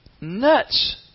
nuts